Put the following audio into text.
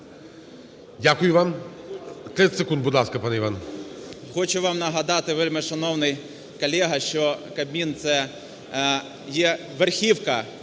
Дякую вам. 30 секунд, будь ласка, пане Іван.